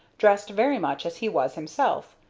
dressed very much as he was himself,